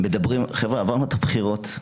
חבר'ה, עברנו את הבחירות,